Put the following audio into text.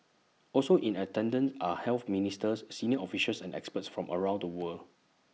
also in attendance are health ministers senior officials and experts from around the world